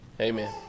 amen